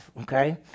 Okay